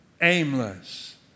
aimless